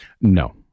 No